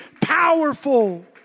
powerful